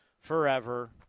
forever